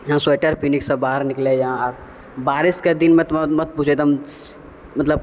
यहाँ स्वेटर पीनहीके सब बाहर निकलै यऽ आओर बारिशके दिनमे तऽ मत पूछू एकदम मतलब